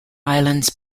islands